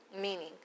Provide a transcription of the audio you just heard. Meaning